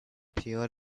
fear